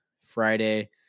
Friday